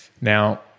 Now